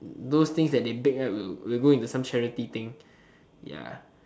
those things that they bake right will will go into some charity thing ya